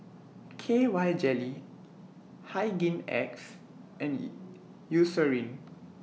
K Y Jelly Hygin X and E Eucerin